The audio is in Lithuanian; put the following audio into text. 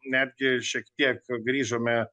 netgi šiek tiek grįžome